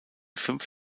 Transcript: fünf